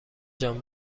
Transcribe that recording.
جان